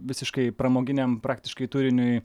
visiškai pramoginiam praktiškai turiniui